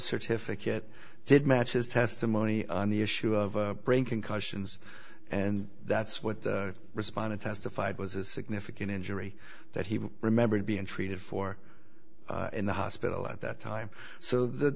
certificate did match his testimony on the issue of brain concussions and that's what responded testified was a significant injury that he remembered being treated for in the hospital at that time so the